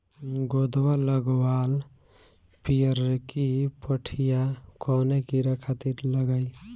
गोदवा लगवाल पियरकि पठिया कवने कीड़ा खातिर लगाई?